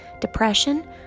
depression